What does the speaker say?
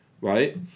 Right